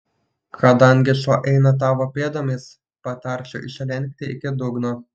kadangi šuo eina tavo pėdomis patarčiau išlenkti iki dugno